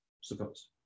suppose